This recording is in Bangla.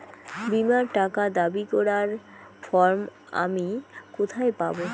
বীমার টাকা দাবি করার ফর্ম আমি কোথায় পাব?